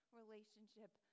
relationship